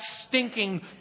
stinking